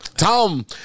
Tom